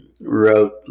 wrote